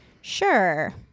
Sure